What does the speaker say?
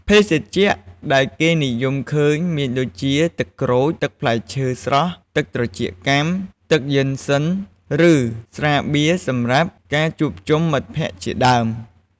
ភេសជ្ជៈដែលគេនិយមឃើញមានដូចជា ទឹកក្រូច ទឹកផ្លែឈើស្រស់ ទឹកត្រចៀកចាំ ទឹកយិនសុិន ឬ ស្រាបៀរសម្រាប់ការជួបជុំមិត្តភក្ដិជាដើម។